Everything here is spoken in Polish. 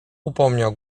upomniał